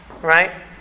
Right